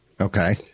Okay